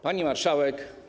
Pani Marszałek!